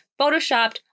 photoshopped